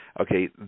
Okay